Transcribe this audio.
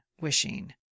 wishing